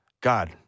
God